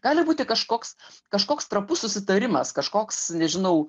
gali būti kažkoks kažkoks trapus susitarimas kažkoks nežinau